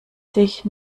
sich